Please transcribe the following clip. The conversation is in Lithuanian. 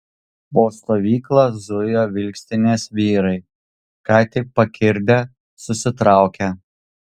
po stovyklą zujo vilkstinės vyrai ką tik pakirdę susitraukę